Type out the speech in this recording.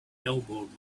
elbowed